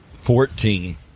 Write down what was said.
Fourteen